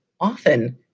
often